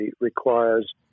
requires